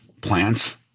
plants